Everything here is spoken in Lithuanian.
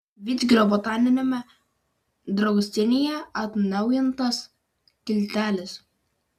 vidzgirio botaniniame draustinyje atnaujintas tiltelis